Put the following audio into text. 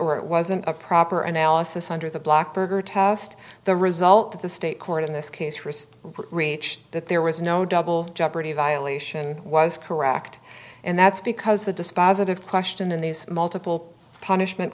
or it wasn't a proper analysis under the black berger test the result that the state court in this case wrist reach that there was no double jeopardy violation was correct and that's because the dispositive question in these multiple punishment